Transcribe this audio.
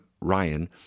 Ryan